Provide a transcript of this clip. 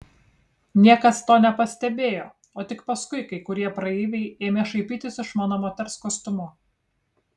niekas to nepastebėjo o tik paskui kai kurie praeiviai ėmė šaipytis iš mano moters kostiumo